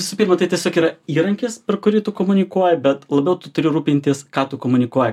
visų pirma tai tiesiog yra įrankis per kurį tu komunikuoji bet labiau tu turi rūpintis ką tu komunikuoji